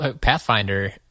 Pathfinder